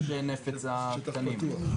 כן.